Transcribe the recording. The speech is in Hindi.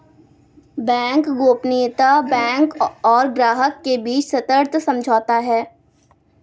बैंक गोपनीयता बैंक और ग्राहक के बीच सशर्त समझौता है